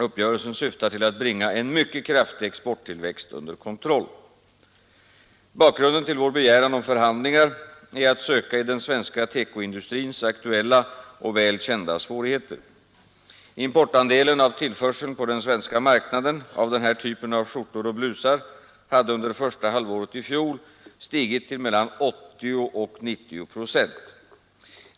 Uppgörelsen syftar till att bringa en mycket kraftig exporttillväxt under kontroll. Bakgrunden till vår begäran om förhandlingar är att söka i den svenska TEKO-industrins aktuella och väl kända svårigheter. Importandelen av tillförseln på den svenska marknaden av den här typen av skjortor och blusar hade under första halvåret i fjol stigit till mellan 80 och 90 procent.